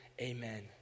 amen